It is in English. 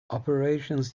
operations